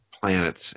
planets